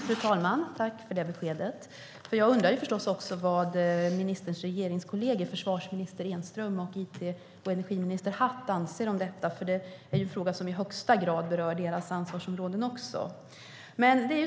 Fru talman! Jag tackar för beskedet. Jag undrar förstås också vad ministerns regeringskolleger, försvarsminister Enström och it och energiminister Hatt, anser om detta, för det är ju en fråga som i högsta grad också berör deras ansvarsområden.